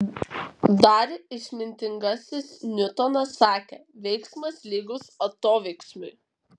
dar išmintingasis niutonas sakė veiksmas lygus atoveiksmiui